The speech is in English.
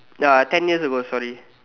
ya ten years ago sorry